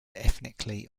ethnically